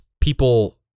People